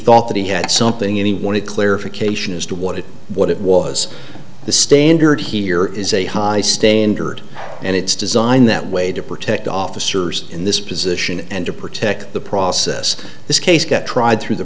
thought that he had something any one of clarification as to what it what it was the standard here is a high standard and it's designed that way to protect officers in this position and to protect the process this case get tried through the